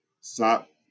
Stop